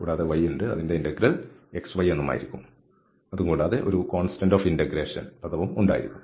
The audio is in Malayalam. കൂടാതെ y ഉണ്ട് അതിൻറെ ഇന്റഗ്രൽ xy ആയിരിക്കും കൂടാതെ ഒരു കോൺസ്റ്റന്റ് ഓഫ് ഇന്റഗ്രേഷൻ പദവും ഉണ്ടായിരിക്കും